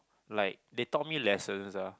like they taught me lessons ah